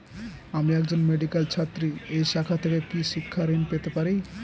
আমি একজন মেডিক্যাল ছাত্রী এই শাখা থেকে কি শিক্ষাঋণ পেতে পারি?